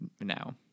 now